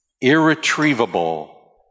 irretrievable